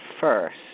first